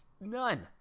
None